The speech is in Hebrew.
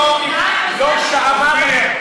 לא שמעת.